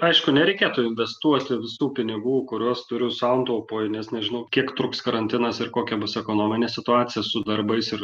aišku nereikėtų investuoti visų pinigų kuriuos turiu santaupoj nes nežinau kiek truks karantinas ir kokia bus ekonominė situacija su darbais ir